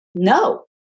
No